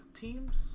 teams